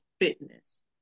fitness